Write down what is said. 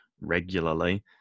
regularly